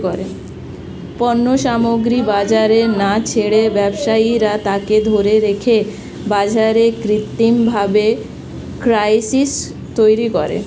পণ্য সামগ্রী বাজারে না ছেড়ে ব্যবসায়ীরা তাকে ধরে রেখে বাজারে কৃত্রিমভাবে ক্রাইসিস তৈরী করে